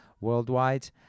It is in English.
worldwide